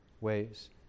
ways